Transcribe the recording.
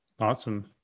Awesome